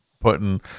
putting